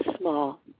small